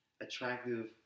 Attractive